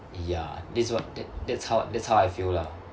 ya this is what that that's how that's how I feel lah